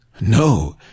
No